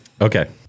Okay